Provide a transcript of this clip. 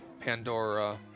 Pandora